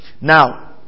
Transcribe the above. Now